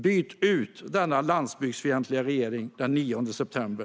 Byt ut denna landsbygdsfientliga regering den 9 september!